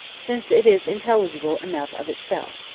since it is intelligible enough of itself.